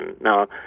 Now